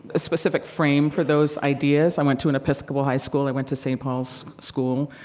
specific frame for those ideas. i went to an episcopal high school. i went to st. paul's school,